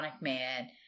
man